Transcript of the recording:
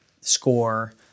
score